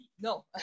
No